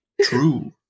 True